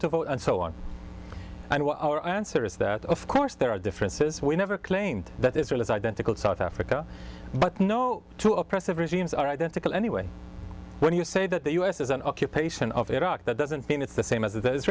to vote and so on our answer is that of course there are differences we never claimed that israel is identical to south africa but no two oppressive regimes are identical anyway when you say that the us is an occupation of iraq that doesn't mean it's the same as the is